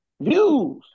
Views